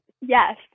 Yes